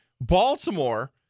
Baltimore